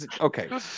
okay